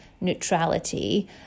neutrality